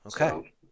okay